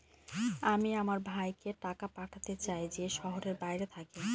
আমি আমার ভাইকে টাকা পাঠাতে চাই যে শহরের বাইরে থাকে